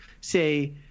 say